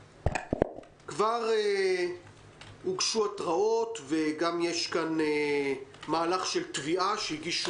כבר הוגשו התרעות וגם יש מהלך של תביעה שהגישו